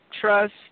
trust